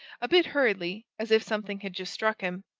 a bit hurriedly, as if something had just struck him.